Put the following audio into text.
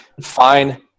fine